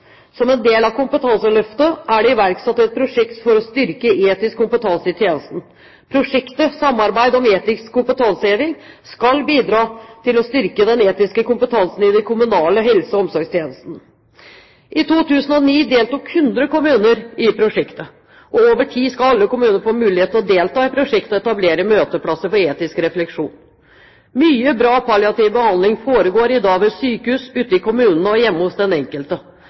Som en del av kompetanseløftet er det iverksatt et prosjekt for å styrke etisk kompetanse i tjenesten. Prosjektet «Samarbeid om etisk kompetanseheving» skal bidra til å styrke den etiske kompetansen i de kommunale helse- og omsorgstjenestene. I 2009 deltok 100 kommuner i prosjektet. Over tid skal alle kommuner få mulighet til å delta i prosjektet og etablere møteplasser for etisk refleksjon. Mye bra palliativ behandling foregår i dag ved sykehus, ute i kommunene og hjemme hos den enkelte,